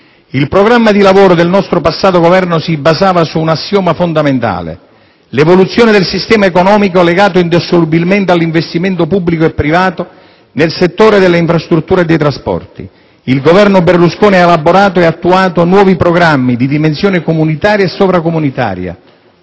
Il programma di lavoro del nostro passato Governo si basava su un assioma fondamentale: l'evoluzione del sistema economico legata indissolubilmente all'investimento pubblico e privato nel settore delle infrastrutture e dei trasporti. Il Governo Berlusconi ha elaborato e attuato nuovi programmi, di dimensione comunitaria e sovracomunitaria,